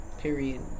Period